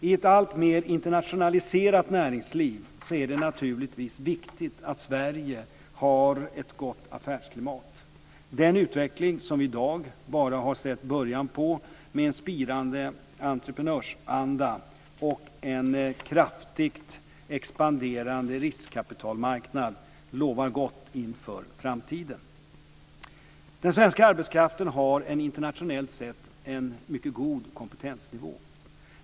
I ett alltmer internationaliserat näringsliv är det naturligtvis viktigt att Sverige har ett gott affärsklimat. Den utveckling som vi i dag bara har sett början på med en spirande entreprenörsanda och en kraftigt expanderande riskkapitalmarknad lovar gott inför framtiden. Den svenska arbetskraften har en internationellt sett mycket god kompetensnivå.